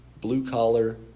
blue-collar